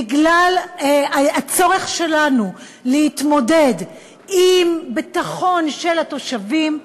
בגלל הצורך שלנו להתמודד עם ביטחון של התושבים,